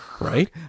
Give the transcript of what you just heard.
Right